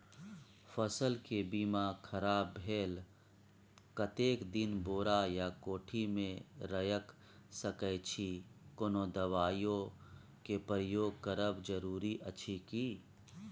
फसल के बीना खराब भेल कतेक दिन बोरा या कोठी मे रयख सकैछी, कोनो दबाईयो के प्रयोग करब जरूरी अछि की?